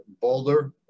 Boulder